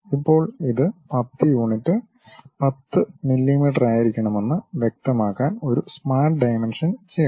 ഇപ്പോൾ ഇത് 10 യൂണിറ്റ് 10 മില്ലിമീറ്ററായിരിക്കണമെന്ന് വ്യക്തമാക്കാൻ ഒരു സ്മാർട്ട് ഡയമെൻഷൻ ചെയ്യണം